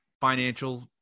financial